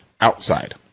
outside